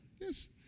Yes